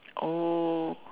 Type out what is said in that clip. oh